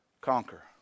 conquer